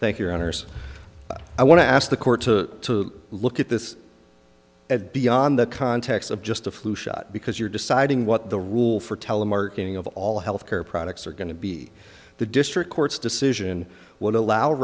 thank your honour's i want to ask the court to look at this at beyond the context of just a flu shot because you're deciding what the rule for telemarketing of all health care products are going to be the district court's decision would allow